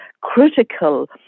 critical